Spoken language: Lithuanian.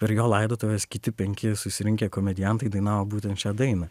per jo laidotuves kiti penki susirinkę komediantai dainavo būtent šią dainą